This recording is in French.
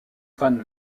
van